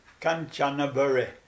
Kanchanaburi